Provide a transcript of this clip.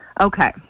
Okay